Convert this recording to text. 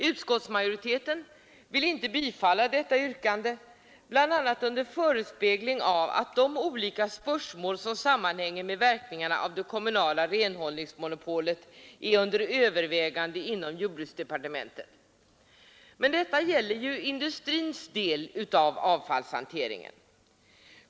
Utskottsmajoriteten vill inte biträda detta yrkande, bl.a. under förespegling av att olika spörsmål som sammanhänger med verkningarna av det kommunala renhållningsmonopolet är under övervägande inom jordbruksdepartementet. Men detta gäller ju industrins del av avfallshanteringen.